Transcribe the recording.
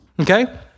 okay